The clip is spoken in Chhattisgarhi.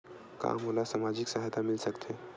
का मोला सामाजिक सहायता मिल सकथे?